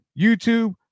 youtube